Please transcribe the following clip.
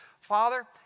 Father